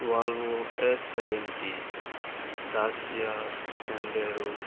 Volvo S seventy Dacia Sandero